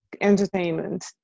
entertainment